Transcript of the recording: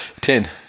Ten